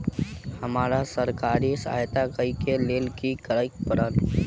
हमरा सरकारी सहायता लई केँ लेल की करऽ पड़त?